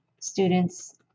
students